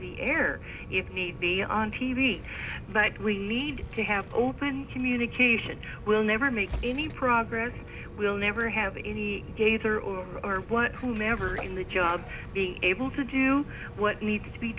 the air if need be on t v but we need to have open communication will never make any progress we'll never have any gator or whomever in the job being able to do what needs to be